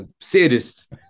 sadist